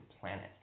planet